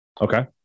Okay